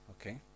okay